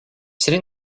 sitting